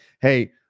hey